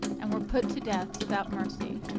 and were put to death without mercy.